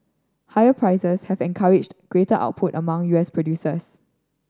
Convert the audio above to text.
higher prices have encouraged greater output among U S producers